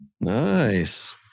Nice